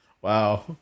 Wow